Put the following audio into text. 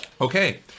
Okay